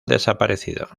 desaparecido